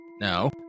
No